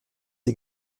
die